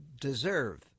deserve